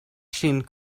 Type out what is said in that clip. ŝin